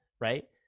right